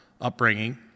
upbringing